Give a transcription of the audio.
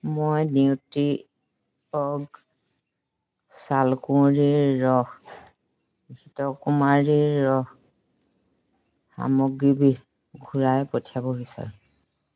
মই নিউট্ৰিঅৰ্গ চালকুঁৱৰীৰ ৰস ঘৃতকুমাৰীৰ ৰস সামগ্ৰীবিধ ঘূৰাই পঠিয়াব বিচাৰো